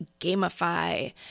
gamify